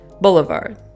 Boulevard